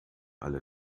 alle